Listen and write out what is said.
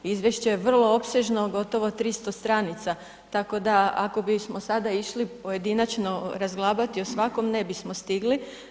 Izvješće je vrlo opsežno, gotovo 300 stranica, tako da, ako bismo sada išli pojedinačno razglabati o svakom ne bismo stigli.